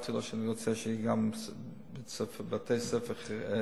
כתבתי לו שאני רוצה שגם בתי-ספר דתיים,